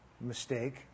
mistake